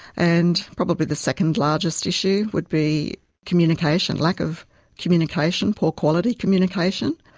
and probably the second largest issue would be communication, lack of communication, poor quality communication.